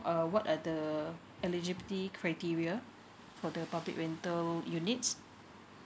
uh what are the eligibility criteria for the public rental units